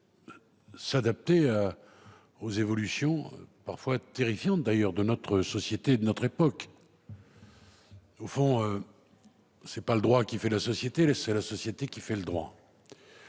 et à mesure aux évolutions, parfois terrifiantes d'ailleurs, de notre société et de notre époque. Au fond, ce n'est pas le droit qui fait la société, mais la société qui fait le droit.